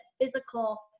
physical